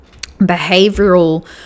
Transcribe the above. behavioral